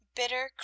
bitter